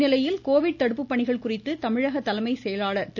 இந்நிலையில் கோவிட் தடுப்பு பணிகள் குறித்து தமிழக தலைமை செயலாளர் திரு